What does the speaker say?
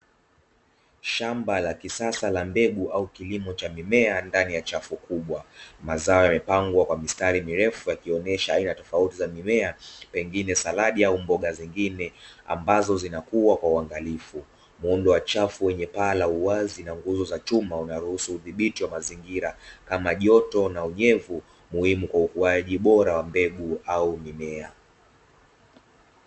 Shamba la kisasa la mbegu au kilimo cha mimea ndani ya chafu kubwa, mazao yamepangwa kwa mistari mirefu yakionyesha aina tofauti za mimea pengine saladi au mboga zingine ambazo zinakua kwa uangalifu; Muundo wa chafu wenye paa la uwazi na nguzo za chuma unaruhusu udhibiti wa mazingira kama joto na unyevu muhimu kwa ukuaji bora wa mbegu au mimea.